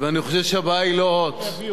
ואני חושב שהבעיה היא לא "הוט".